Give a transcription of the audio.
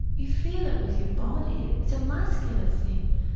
you feel it with your body it's a muscular thing.